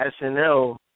SNL